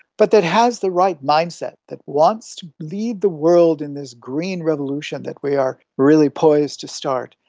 but that has the right mindset that wants to lead the world in this green revolution that we are really poised to start,